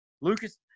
Lucas